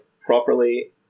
properly